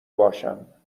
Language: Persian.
باشم